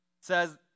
says